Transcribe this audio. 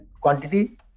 quantity